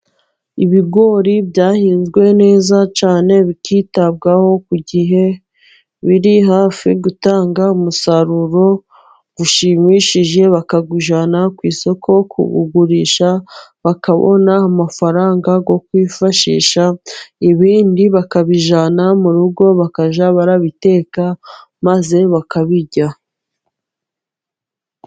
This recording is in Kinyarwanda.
Ibigori byahinzwe neza cyane bikitabwaho ku gihe, biri hafi gutanga umusaruro ushimishije, bakawujyana ku isoko kuwugurisha bakabona amafaranga yo kwifashisha, ibindi bakabijyana mu rugo bakajya barabiteka maze bakabirya.